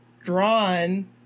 drawn